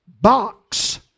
box